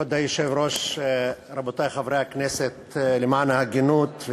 כבוד היושב-ראש, רבותי חברי הכנסת, למען ההגינות,